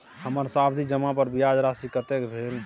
हमर सावधि जमा पर ब्याज राशि कतेक भेल?